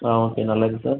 ஆ okay நல்லது sir